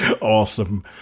Awesome